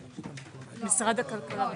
רגע.